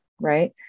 right